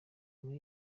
muri